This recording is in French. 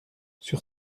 sur